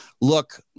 look